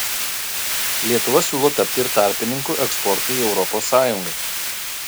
lietuva siūlo tapti ir tarpininku eksportui į europos sąjungą